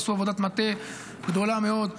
עשו עבודת מטה גדולה מאוד.